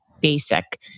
basic